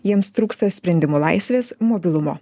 jiems trūksta sprendimų laisvės mobilumo